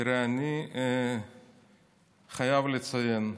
תראה, אני חייב לציין: